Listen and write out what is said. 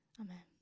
amen